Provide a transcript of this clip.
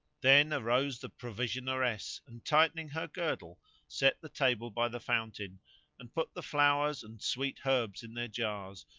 then arose the provisioneress and tightening her girdle set the table by the fountain and put the flowers and sweet herbs in their jars,